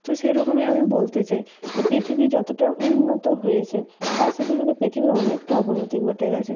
তো সেরকমই আমি বলতে চাই যে পৃথিবী যতোটা উন্নত হয়েছে তার সাথে সাথে পৃথিবীর অনেকটা অবনতি ঘটে গেছে